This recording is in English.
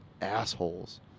assholes